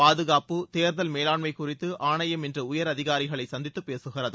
பாதுகாப்பு தேர்தல் மேலாண்மை குறித்து ஆணையம் இன்று உயர் அதிகாரிகளை சந்தித்து பேசுகிறது